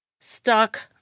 stuck